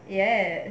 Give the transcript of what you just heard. yes